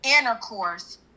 intercourse